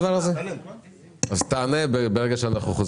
ולא בדבר אחד.